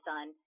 son